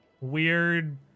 weird